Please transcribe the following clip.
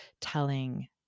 telling